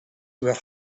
were